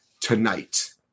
tonight